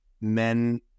men